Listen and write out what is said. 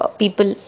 people